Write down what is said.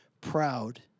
proud